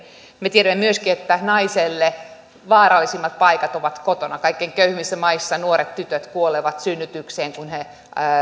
me tiedämme myöskin että naiselle vaarallisimmat paikat ovat kotona kaikkein köyhimmissä maissa nuoret tytöt kuolevat synnytykseen kun he